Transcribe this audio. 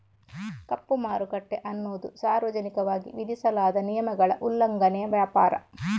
ಕಪ್ಪು ಮಾರುಕಟ್ಟೆ ಅನ್ನುದು ಸಾರ್ವಜನಿಕವಾಗಿ ವಿಧಿಸಲಾದ ನಿಯಮಗಳ ಉಲ್ಲಂಘನೆಯ ವ್ಯಾಪಾರ